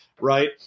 right